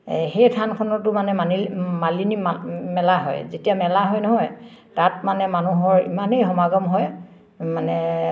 সেই থানখনতো মানে মালিনী মালিনী মেলা হয় যেতিয়া মেলা হয় নহয় তাত মানে মানুহৰ ইমানেই সমাগম হয় মানে